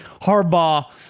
Harbaugh